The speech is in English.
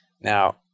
Now